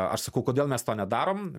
aš sakau kodėl mes to nedarom